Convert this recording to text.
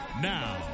Now